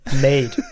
made